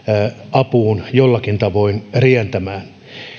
apuun jollakin tavoin rientämään